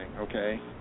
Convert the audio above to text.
okay